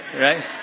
right